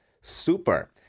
Super